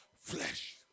flesh